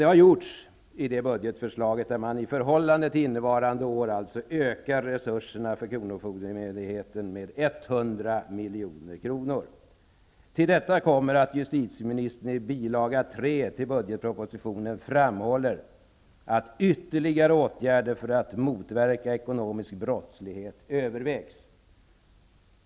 Det har föreslagits i detta budgetförslag där man i förhållande till innevarande år ökar resurserna för kronofogdemyndigheterna med 100 milj.kr. Till detta kommer att justitieministern i bil. 3 till budgetpropositionen framhåller att ytterligare åtgärder för att motverka ekonomisk brottslighet övervägs.